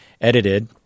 edited